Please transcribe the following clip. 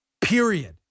Period